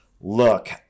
look